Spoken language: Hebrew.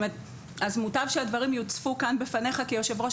אז מוטב שהדברים יוצפו כאן בפניך כיושב-ראש